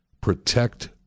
protect